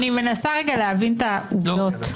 אני מנסה רגע להבין את העובדות.